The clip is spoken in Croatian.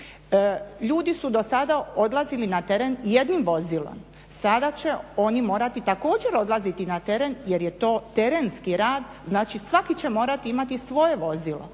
Ljudi su do sada odlazili na teren jednim vozilom, sada će oni morati također odlaziti na teren jer je to terenski rad, znači svaki će morati imati svoje vozilo.